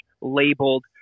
labeled